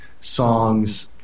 songs